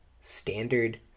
Standard